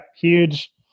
huge